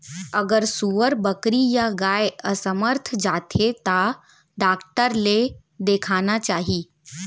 अगर सुअर, बकरी या गाय असमर्थ जाथे ता का करना हे?